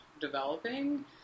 developing